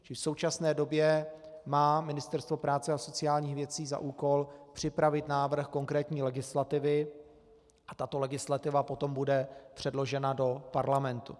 V současné době má Ministerstvo práce a sociálních věcí za úkol připravit návrh konkrétní legislativy a tato legislativa potom bude předložena do parlamentu.